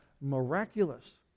miraculous